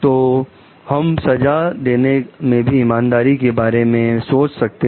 तो हम सजा देने में भी ईमानदारी के बारे में सोच सकते हैं